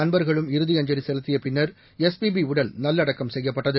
நண்பர்களும் இறுதி அஞ்சலி செலுத்திய பின்னர் எஸ்பிபி உடல் நல்லடக்கம் செய்யப்பட்டது